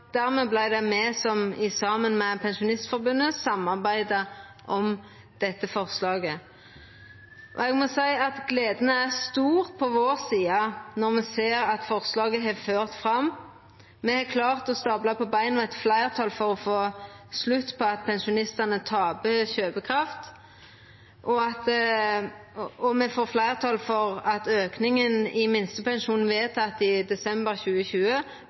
dermed vart det me som – saman med Pensjonistforbundet – samarbeidde om dette forslaget. Eg må seia at gleda er stor på vår side når me ser at forslaget har ført fram. Me har klart å stabla på beina eit fleirtal for å få slutt på at pensjonistane taper kjøpekraft, og me får fleirtal for at auken i minstepensjon vedteken i desember 2020